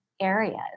areas